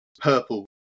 purple